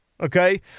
okay